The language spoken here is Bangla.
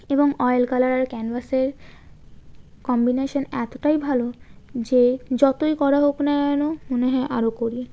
এবং অয়েল কালার আর ক্যানভাসের কম্বিনেশান এতটাই ভালো যে যতই করা হোক না কেন মনে হয় আরও করি